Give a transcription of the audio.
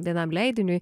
vienam leidiniui